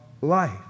life